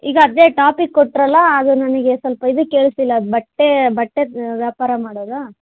ಈಗ ಅದೇ ಟಾಪಿಕ್ ಕೊಟ್ಟರಲ್ಲ ಅದು ನನಗೆ ಸ್ವಲ್ಪ ಇದು ಕೇಳಿಸಲಿಲ್ಲ ಅದು ಬಟ್ಟೆ ಬಟ್ಟೆ ವ್ಯಾಪಾರ ಮಾಡೋದಾ